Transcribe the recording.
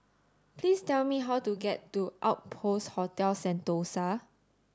please tell me how to get to Outpost Hotel Sentosa